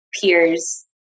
peers